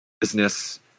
business